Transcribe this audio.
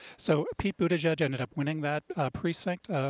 so pete buttigieg ended up winning that precinct.